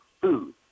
food